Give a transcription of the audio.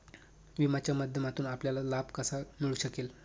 विम्याच्या माध्यमातून आपल्याला लाभ कसा मिळू शकेल?